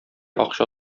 акча